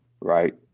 right